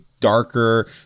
Darker